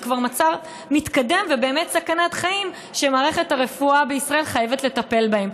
כבר מצב מתקדם ובאמת סכנת חיים שמערכת הרפואה בישראל חייבת לטפל בה.